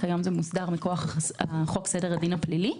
היום זה מוסדר מכוח סדר הדין הפלילי.